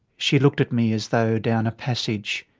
she looked at me as though down a passage.